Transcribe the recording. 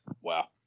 Wow